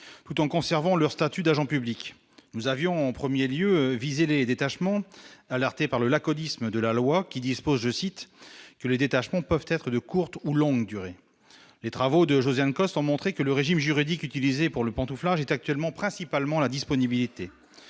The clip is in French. tout en conservant leur statut d'agent public, nous avions en 1er lieu visé les détachements, alerté par le laconisme de la loi qui dispose, je cite, que les détachements peuvent être de courte ou longue durée, les travaux de Josiane Costes ont montré que le régime juridique utilisée pour le pantouflage est actuellement principalement la disponibilité,